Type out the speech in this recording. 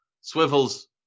Swivels